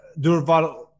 Durval